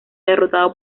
derrotado